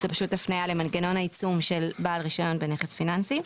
זאת פשוט הפנייה למנגנון העיצום של בעל רישיון בנכס פיננסי.